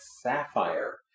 Sapphire